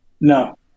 No